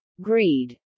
greed